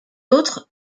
autre